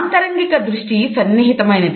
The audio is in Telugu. ఆంతరంగిక దృష్టి సన్నిహితమైనది